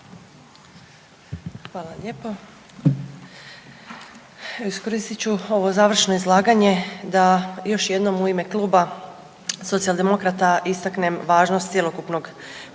Hvala lijepo. Iskoristit ću ovo završno izlaganje da još jednom u ime Kluba Socijaldemokrata istaknem važnost cjelokupnog pristupa